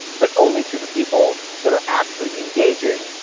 but only to the people that are actually engaging,